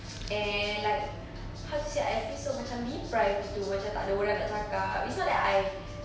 and like how to say I feel so macam deprived gitu macam tak ada orang nak cakap it's not that I